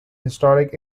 historic